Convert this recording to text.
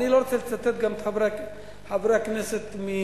אני לא רוצה לצטט גם את חברי הכנסת מש"ס,